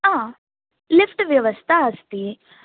हा लिफ़्ट् व्यवस्था अस्ति